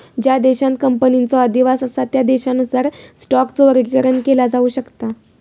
ज्या देशांत कंपनीचो अधिवास असा त्या देशानुसार स्टॉकचो वर्गीकरण केला जाऊ शकता